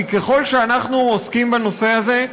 כי ככל שאנחנו עוסקים בנושא הזה,